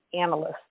analysts